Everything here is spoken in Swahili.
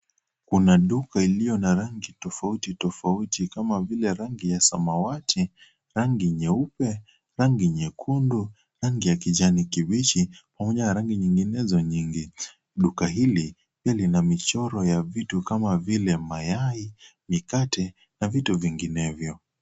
Kuna duka iliyo na rangi tofauti tofauti kama vile rangi ya samawati, rangi nyeupe, rangi nyekundu, rangi ya kijani kibichi pamoja na rangi nyinginezo nyingi. Duka hili lina michoro ya vitu kama vile mayai, mikate na vitu vinginevyo.